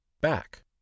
back